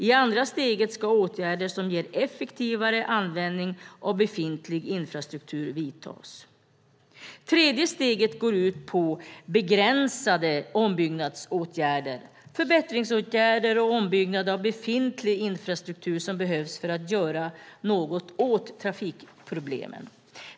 I andra steget ska åtgärder som ger effektivare användning av befintlig infrastruktur vidtas. Tredje steget går ut på begränsade ombyggnadsåtgärder, förbättringsåtgärder och ombyggnad av befintlig infrastruktur som behövs för att göra något åt trafikproblemen.